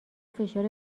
فشار